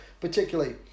particularly